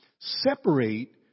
separate